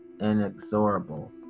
inexorable